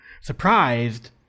surprised